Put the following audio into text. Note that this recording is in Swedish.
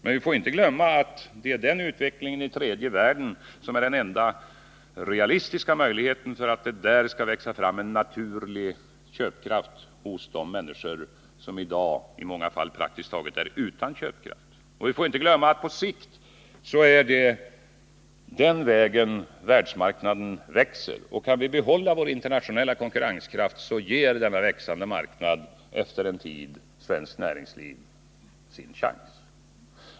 Men vi får inte glömma att det är denna utveckling i den tredje världen som är den enda realistiska för att det där skall kunna växa fram en naturlig köpkraft hos de människor som i dag praktiskt taget är utan sådan. Vi får inte glömma att det på sikt är på det här sättet världsmarknaden växer, och kan vi behålla vår internationella konkurrenskraft ger denna växande marknad efter en tid svenskt näringsliv dess chans.